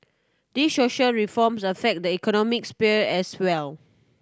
these social reforms affect the economic sphere as well